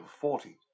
forty